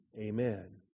Amen